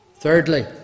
Thirdly